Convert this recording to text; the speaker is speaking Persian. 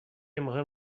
مهم